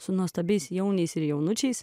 su nuostabiais jauniais jaunučiais